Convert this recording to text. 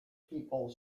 people